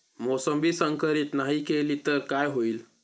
मोसंबी संकरित नाही केली तर काय होईल?